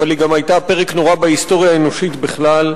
אבל היא גם היתה פרק נורא בהיסטוריה האנושית בכלל.